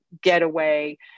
getaway